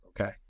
okay